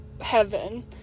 heaven